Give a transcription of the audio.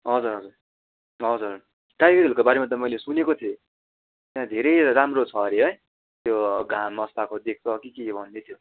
हजुर हजुर हजुर टाइगर हिलको बारेमा त मैले सुनेको थिएँ त्यहाँ धेरै राम्रो छ हरे है त्यो घाम अस्ताएको देख्छ कि के भन्दै थियो